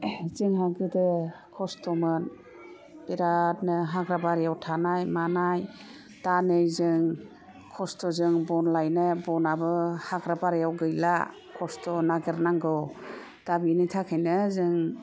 जोंहा गोदो खस्थ'मोन बिरादनो हाग्रा बारियाव थानाय मानाय दा नै जों खस्थ'जों बन लायनाय बनआबो हाग्रा बारियाव गैला खस्थ' नागिरनांगौ दा बिनि थाखायनो जों